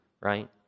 right